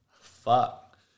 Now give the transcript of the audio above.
Fuck